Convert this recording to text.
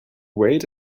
wait